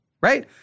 right